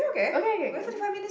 okay K K